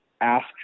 ask